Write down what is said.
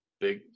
Big